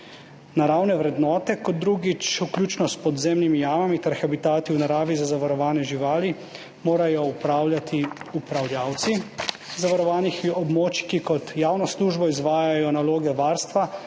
Naravne vrednote, kot drugič, vključno s podzemnimi jamami ter habitati v naravi za zavarovane živali, morajo upravljati upravljavci zavarovanih območij, ki kot javno službo izvajajo naloge varstva,